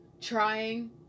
trying